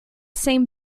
same